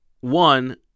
One